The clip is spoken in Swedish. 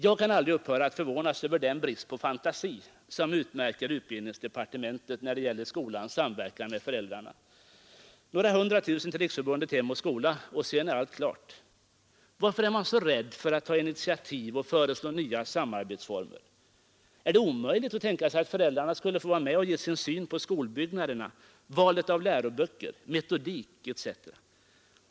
Jag kan aldrig upphöra att förvånas över den brist på fantasi som utmärker utbildningsdepartementet när det gäller skolans samverkan med föräldrarna. Några hundratusen till Riksförbundet Hem och skola, och sedan är allt klart. Varför är man så rädd för att ta initiativ och föreslå nya samarbetsformer? Är det omöjligt att tänka sig att föräldrarna skulle få vara med och ge sin syn på skolbyggnader, valet av läroböcker, metodik etc.?